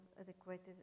adequate